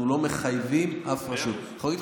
אנחנו לא מחייבים אף רשות.